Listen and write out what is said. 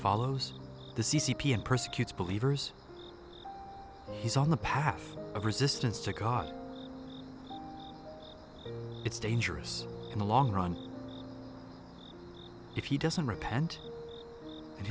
follows the c c p and persecutes believers is on the path of resistance to god it's dangerous in the long run if he doesn't repent and